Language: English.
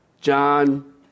John